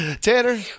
Tanner